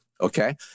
okay